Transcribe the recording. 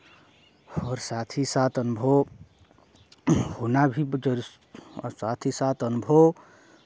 और साथ ही साथ अनुभव होना भी जर और साथ ही साथ अनुभव